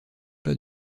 pas